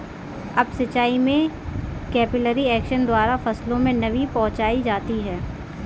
up सिचाई में capillary action द्वारा फसलों में नमी पहुंचाई जाती है